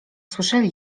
słyszeli